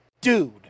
dude